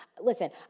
listen